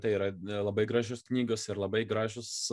tai yra labai gražios knygos ir labai gražūs